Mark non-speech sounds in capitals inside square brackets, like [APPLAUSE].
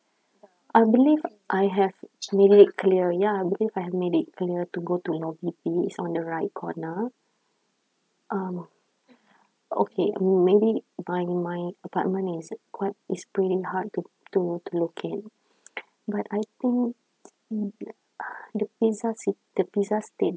I believe I have made it clear ya I believe I have made it clear to go to lobby B it's on the right corner um okay hmm maybe my my apartment is quite is pretty hard to to to locate but I think it [BREATH] the pizza se~ the pizza state